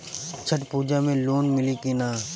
छठ पूजा मे लोन मिली की ना?